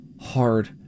hard